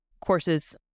courses